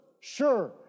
sure